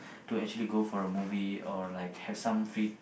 to actually go for a movie or like have some free